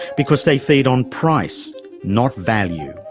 because they feed on price not value.